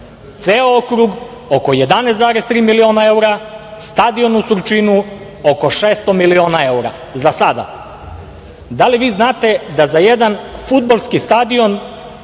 Ceo okrug oko 11,3 miliona evra, stadion u Surčinu oko 600 miliona evra za sada. Da li vi znate da za jedan fudbalski stadion